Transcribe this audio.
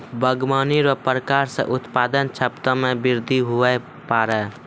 बागवानी रो प्रकार से उत्पादन क्षमता मे बृद्धि हुवै पाड़ै